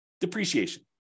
depreciation